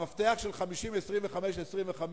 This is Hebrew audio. המפתח של 50, 25, 25,